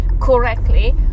correctly